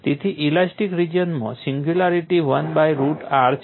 તેથી ઇલાસ્ટિક રિજિયનમાં singularity 1 by root r છે